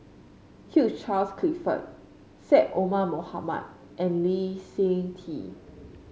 Hugh Charles Clifford Syed Omar Mohamed and Lee Seng Tee